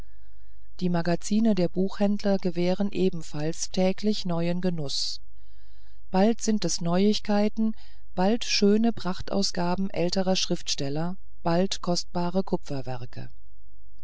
die magazine der buchhändler gewähren ebenfalls täglich neuen genuß bald sind es neuigkeiten bald schöne prachtausgaben älterer schriftsteller bald kostbare